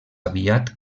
aviat